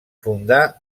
fundà